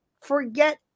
Forget